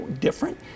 different